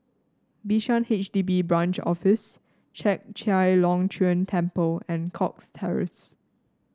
Bishan H D B Branch Office Chek Chai Long Chuen Temple and Cox Terrace